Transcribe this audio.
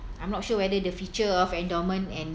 I'm not sure whether the feature of endowment and